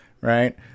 right